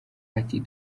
ati